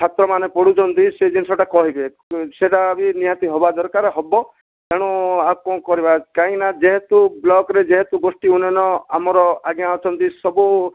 ଛାତ୍ରମାନେ ପଢ଼ୁଛନ୍ତି ସେ ଜିନିଷ ଟା କହିବେ ସେଇଟା ବି ନିହାତି ହେବା ଦରକାର ହେବ ତେଣୁ ଆଉ କଣ କରିବା କାହିଁକି ନା ଯେହେତୁ ବ୍ଲକରେ ଯେହେତୁ ଗୋଷ୍ଠି ଉର୍ଣ୍ଣୟନ ଆମର ଆଜ୍ଞା ଅଛନ୍ତି ସବୁ